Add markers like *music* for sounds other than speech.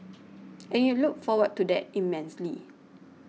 *noise* and you look forward to that immensely